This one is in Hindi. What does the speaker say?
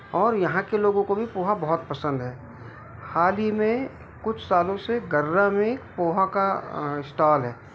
और यहाँ के लोगों को भी पोहा बहुत पसंद है हाल ही में कुछ सालों से गर्रा में पोहा का स्टाल है